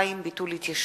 2) (ביטול התיישנות),